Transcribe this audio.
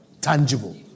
tangible